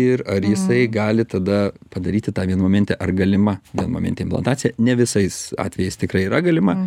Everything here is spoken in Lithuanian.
ir ar jisai gali tada padaryti tą vienmomentę ar galima vienmomentė implantacija ne visais atvejais tikrai yra galima